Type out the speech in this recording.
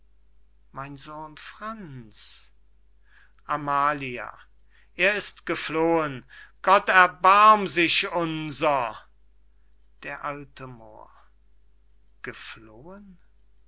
mein sohn franz amalia er ist geflohen gott erbarme sich unser d a moor geflohen